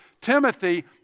Timothy